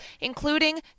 including